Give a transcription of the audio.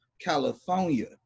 California